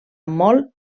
molt